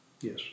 Yes